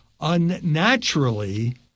unnaturally